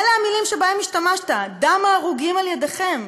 אלה המילים שבהן השתמשת: דם ההרוגים על ידיכם.